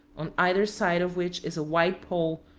on either side of which is a white pole,